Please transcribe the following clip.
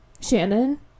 Shannon